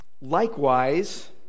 Likewise